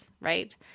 Right